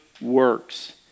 works